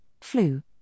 flu